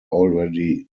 already